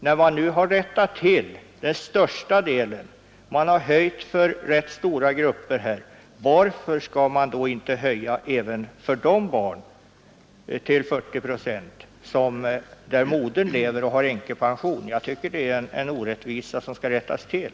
När man nu har rättat till det mesta av det som varit felaktigt — man har höjt för rätt stora grupper — varför skall man då inte höja beloppet till 40 procent även för de barn vilkas mödrar lever och har änkepension? Jag tycker att detta är en orättvisa som skall rättas till.